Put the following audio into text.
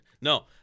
No